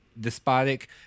despotic